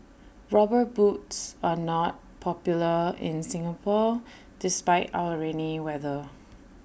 rubber boots are not popular in Singapore despite our rainy weather